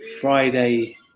Friday